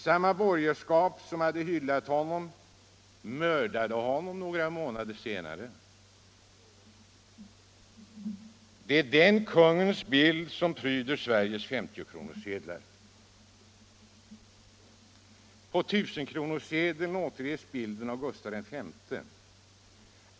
Samma borgerskap som så hade hyllat kungen mördade honom några år senare. Det är den kungens bild som pryder Sveriges 50-kronorssedlar. På 1 000-kronorssedeln återges bilden av Gustaf V.